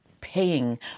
paying